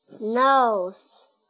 nose